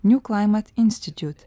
niū klaimat institiūt